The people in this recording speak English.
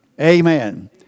Amen